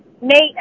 Nate